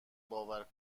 باور